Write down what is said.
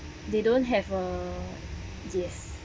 they don't have a yes